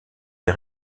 des